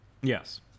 Yes